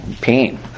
pain